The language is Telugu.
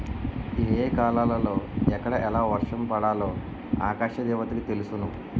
ఏ ఏ కాలాలలో ఎక్కడ ఎలా వర్షం పడాలో ఆకాశ దేవతకి తెలుసును